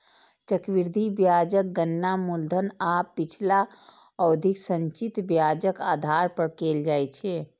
चक्रवृद्धि ब्याजक गणना मूलधन आ पिछला अवधिक संचित ब्याजक आधार पर कैल जाइ छै